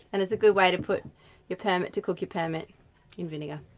and it's good way to put your permit, to cook your permit in vinegar.